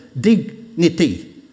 Dignity